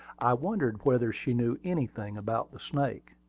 i wondered whether she knew anything about the snake.